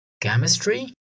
Chemistry